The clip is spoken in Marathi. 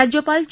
राज्यपाल चे